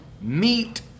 meet